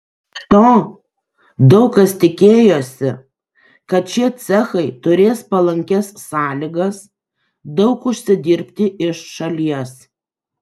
be to daug kas tikėjosi kad šie cechai turės palankias sąlygas daug užsidirbti iš šalies